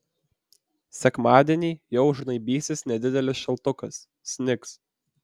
sekmadienį jau žnaibysis nedidelis šaltukas snigs